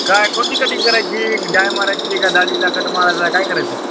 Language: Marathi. काय कोणती कटिंग करायची डाय मारायची काय दाढीचा कट मारायचाय काय करायचय